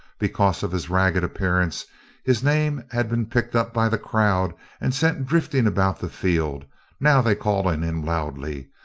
because of his ragged appearance his name had been picked up by the crowd and sent drifting about the field now they called on him loudly.